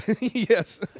Yes